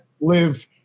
live